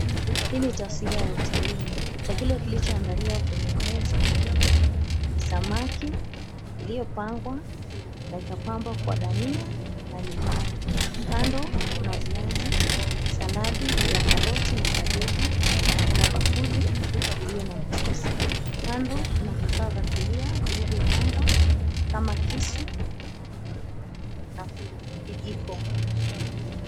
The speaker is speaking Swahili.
Hii ni taswira ya hotelini chakula kilichoandaliwa kwenye meza nyeupe ni samaki iliyopangwa na ikapambwa kwa dania na limau. Kando kuna viazi, saladi ya karoti na kabeji na kuna bakuli iliyo na mchuzi. Kando kuna vifaa vya kulia vilivyopangwa kama kisu na kijiko.